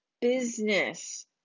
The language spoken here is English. business